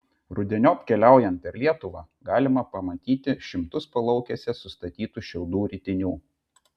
rudeniop keliaujant per lietuvą galima pamatyti šimtus palaukėse sustatytų šiaudų ritinių